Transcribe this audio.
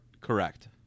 Correct